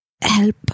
help